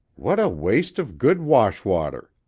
what a waste of good wash-water!